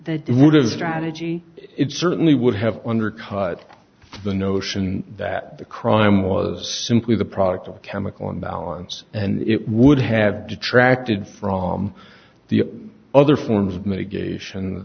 a strategy it certainly would have undercut the notion that the crime was simply the product of a chemical imbalance and it would have detracted from the other forms of mitigation